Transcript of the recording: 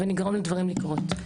ונגרום לדברים לקרות.